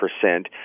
percent